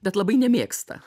bet labai nemėgsta